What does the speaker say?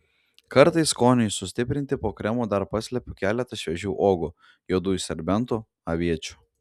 kartais skoniui sustiprinti po kremu dar paslepiu keletą šviežių uogų juodųjų serbentų aviečių